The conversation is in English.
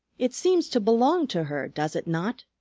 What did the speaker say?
it seems to belong to her, does it not?